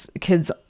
kids